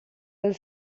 del